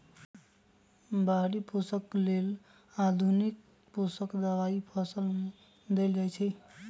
बाहरि पोषक लेल आधुनिक पोषक दबाई फसल में देल जाइछइ